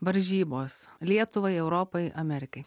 varžybos lietuvai europai amerikai